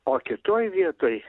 o kitoj vietoj